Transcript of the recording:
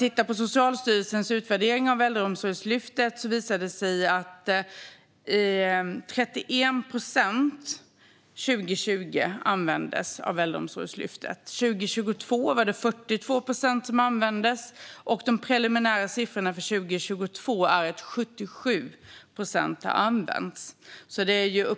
I Socialstyrelsens utvärdering av Äldreomsorgslyftet visar det sig att 31 procent av medlen användes 2020. År 2021 var det 42 procent som användes, och enligt de preliminära siffrorna för 2022 har 77 procent använts.